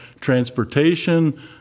transportation